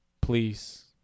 please